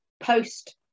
post